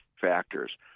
factors